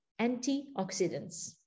antioxidants